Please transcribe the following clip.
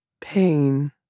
Pain